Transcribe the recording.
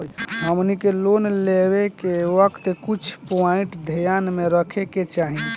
हमनी के लोन लेवे के वक्त कुछ प्वाइंट ध्यान में रखे के चाही